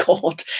god